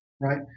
right